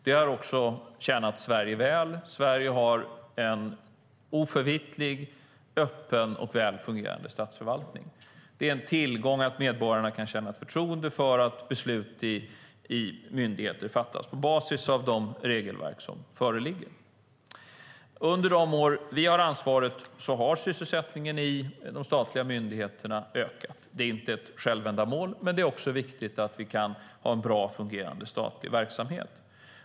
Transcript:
Det har också tjänat Sverige väl - Sverige har en oförvitlig, öppen och väl fungerande statsförvaltning. Det är en tillgång att medborgarna kan känna förtroende för att beslut i myndigheter fattas på basis av de regelverk som föreligger. Under de år vi har haft ansvaret har sysselsättningen i de statliga myndigheterna ökat. Det är inte ett självändamål, men det är också viktigt att vi kan ha en bra fungerande statlig verksamhet.